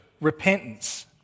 repentance